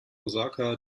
osaka